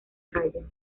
callo